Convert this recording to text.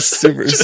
super